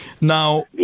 Now